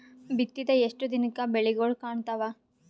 ಬಿತ್ತಿದ ಎಷ್ಟು ದಿನಕ ಬೆಳಿಗೋಳ ಕಾಣತಾವ?